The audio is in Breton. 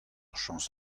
chañs